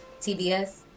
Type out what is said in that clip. TBS